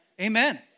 Amen